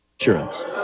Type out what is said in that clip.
Insurance